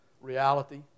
reality